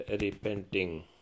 repenting